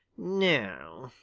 now,